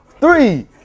three